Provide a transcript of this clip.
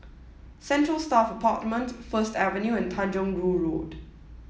central Staff Apartment First Avenue and Tanjong Rhu Road